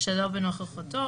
שלא בנוכחותו,